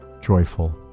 joyful